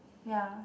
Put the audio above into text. ya